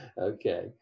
Okay